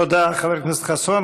תודה, חבר הכנסת חסון.